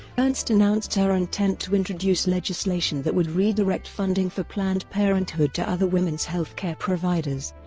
ernst announced her intent to introduce legislation that would redirect funding for planned parenthood to other women's health care providers